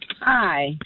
hi